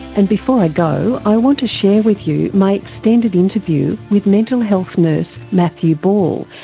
and before i go i want to share with you my extended interview with mental health nurse matthew ball,